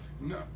No